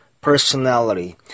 personality